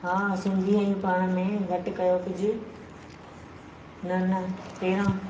हा सिन्धी आहियूं पाण में घटि कयो कुझु न न तेरहं